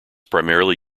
primarily